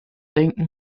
denken